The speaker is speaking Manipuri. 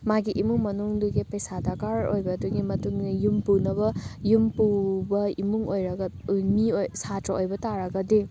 ꯃꯥꯒꯤ ꯏꯃꯨꯡ ꯃꯅꯨꯡꯗꯨꯒꯤ ꯄꯩꯁꯥ ꯗꯔꯀꯥꯔ ꯑꯣꯏꯕꯗꯨꯒꯤ ꯃꯇꯨꯡꯏꯟꯅ ꯌꯨꯝ ꯄꯨꯅꯕ ꯌꯨꯝ ꯄꯨꯕ ꯏꯃꯨꯡ ꯑꯣꯏꯔꯒ ꯃꯤ ꯑꯣꯏ ꯁꯥꯇ꯭ꯔ ꯑꯣꯏꯕ ꯇꯥꯔꯒꯗꯤ